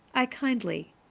i kindly,